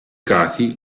casi